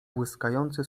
błyskający